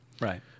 right